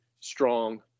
strong